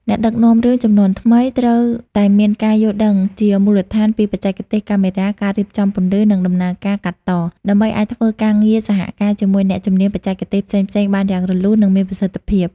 អ្នកដឹកនាំរឿងជំនាន់ថ្មីត្រូវតែមានការយល់ដឹងជាមូលដ្ឋានពីបច្ចេកទេសកាមេរ៉ា ការរៀបចំពន្លឺ និងដំណើរការកាត់ត ដើម្បីអាចធ្វើការងារសហការជាមួយអ្នកជំនាញបច្ចេកទេសផ្សេងៗបានយ៉ាងរលូន និងមានប្រសិទ្ធភាព។